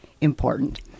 important